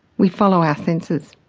we follow our senses.